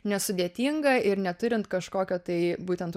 nesudėtinga ir neturint kažkokio tai būtent